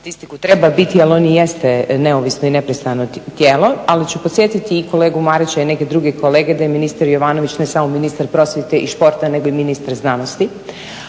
statistiku treba biti ali on i jeste neovisno i nepristrano tijelo, ali ću podsjetiti i kolegu Marića i neke druge kolege da je ministar Jovanović ne samo ministar prosvjete i športa nego i ministar znanosti,